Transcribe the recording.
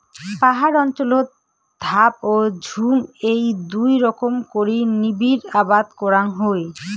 পাহাড় অঞ্চলত ধাপ ও ঝুম এ্যাই দুই রকম করি নিবিড় আবাদ করাং হই